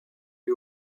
lui